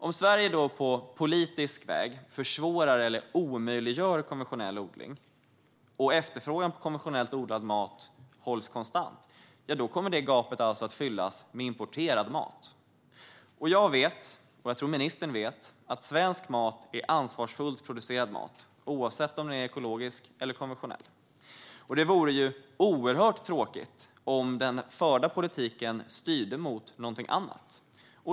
Om Sverige då på politisk väg försvårar eller omöjliggör konventionell odling och efterfrågan på konventionellt odlad mat hålls konstant kommer det gapet alltså att fyllas med importerad mat. Jag vet, och jag tror att ministern vet, att svensk mat är ansvarsfullt producerad mat - oavsett om den är ekologisk eller konventionell. Det vore oerhört tråkigt om den förda politiken styrde mot något annat.